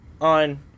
on